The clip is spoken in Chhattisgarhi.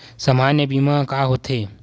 सामान्य बीमा का होथे?